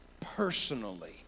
personally